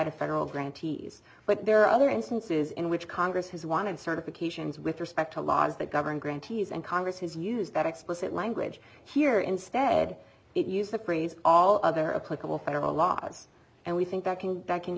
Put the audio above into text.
to federal grant but there are other instances in which congress has wanted certifications with respect to laws that govern grantees and congress has used that explicit language here instead it used the phrase all other a clickable federal laws and we think that that can